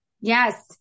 yes